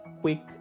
quick